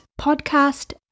podcast